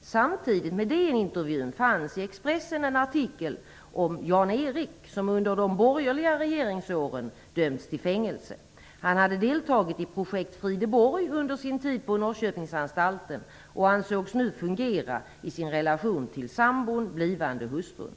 Samtidigt med DN intervjun fanns i Expressen en artikel om Jan-Erik som under de borgerliga regeringsåren dömts till fängelse. Han hade deltagit i projekt Frideborg under sin tid på Norrköpingsanstalten och ansågs nu fungera i sin relation till sambon, den blivande hustrun.